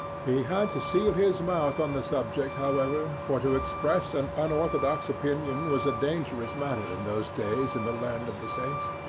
he had to seal his mouth on the subject, however, for to express an unorthodox opinion was a dangerous matter in those days in the land of the saints.